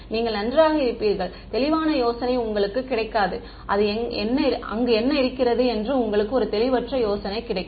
நீங்கள் நன்றாக இருப்பீர்கள் தெளிவான யோசனை உங்களுக்கு கிடைக்காது அங்கு என்ன இருக்கிறது என்று உங்களுக்கு ஒரு தெளிவற்ற யோசனை கிடைக்கும்